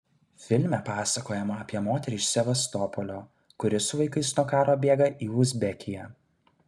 filme pasakojama apie moterį iš sevastopolio kuri su vaikais nuo karo bėga į uzbekiją